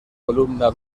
columna